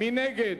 מי נגד?